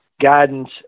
guidance